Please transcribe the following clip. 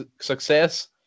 success